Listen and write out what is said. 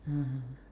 (uh huh)